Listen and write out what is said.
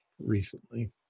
recently